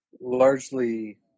largely